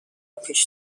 پیش